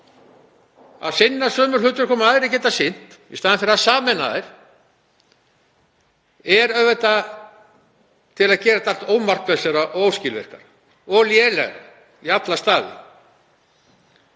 að sinna sömu hlutverkum og aðrir geta sinnt í staðinn fyrir að sameina þær, er auðvitað til að gera þetta allt ómarkvissra, óskilvirkara og lélegra í alla staði.